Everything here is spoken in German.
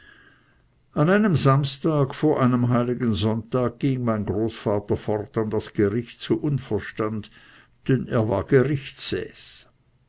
an einem samstag vor einem heiligen sonntag ging mein großvater fort an das gericht zu unverstand denn er war gerichtssäß